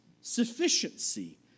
sufficiency